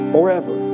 Forever